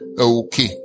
Okay